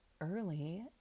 early